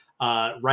Right